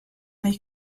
may